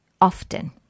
often